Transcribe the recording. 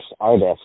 artists